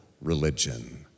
religion